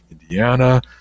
indiana